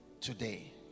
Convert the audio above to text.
today